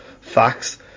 facts